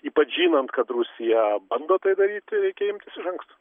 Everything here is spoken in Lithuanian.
ypač žinant kad rusija bando tai daryti reikia imtis iš anksto